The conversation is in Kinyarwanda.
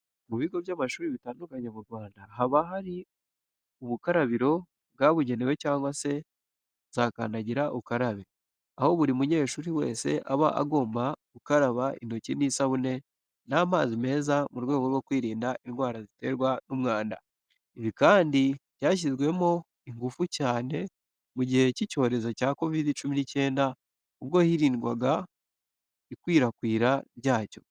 Mu bigo by'amashuri bitandukanye mu Rwanda haba hari ubukarabiro bwabugenewe cyangwa se za kandagira ukarabe, aho buri munyeshuri wese aba agomba gukaraba intoki n'isabune n'amazi meza mu rwego rwo kwirinda indwara ziterwa n'umwanda. Ibi kandi byashyizwemo ingufu cyane mu gihe cy'icyorezo cya Kovide cumi n'icyenda ubwo hirindwaga ikwirakwira ryacyo.